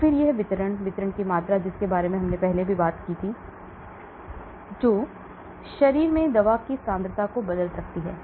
और फिर यह वितरण वितरण की मात्रा जिसके बारे में हमने बात की जो शरीर में दवा की सांद्रता को बदल सकती है